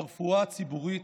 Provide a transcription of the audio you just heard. ברפואה הציבורית.